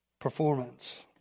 performance